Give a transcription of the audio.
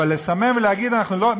אבל לסמן ולהגיד אנחנו לא,